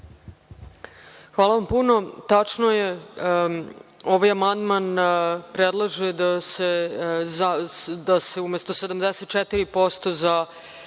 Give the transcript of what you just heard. Hvala puno. Tačno je, ovaj amandman predlaže da se umesto 74% za